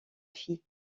fille